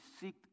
seek